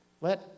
let